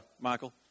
Michael